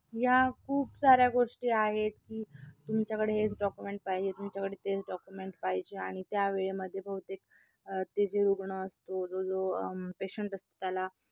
या खूप साऱ्या गोष्टी आहेत की तुमच्याकडे हेच डॉक्युमेंट पाहिजे तुमच्याकडे तेच डॉक्युमेंट पाहिजे आणि त्यावेळेमध्ये बहुतेक ते जे रुग्ण असतो जो जो पेशंट असतो त्याला